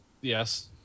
yes